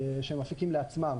שהם מפיקים לעצמם.